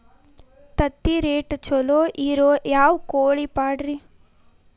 ತತ್ತಿರೇಟ್ ಛಲೋ ಇರೋ ಯಾವ್ ಕೋಳಿ ಪಾಡ್ರೇ?